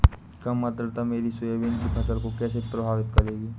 कम आर्द्रता मेरी सोयाबीन की फसल को कैसे प्रभावित करेगी?